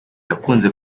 yakunze